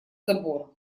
забора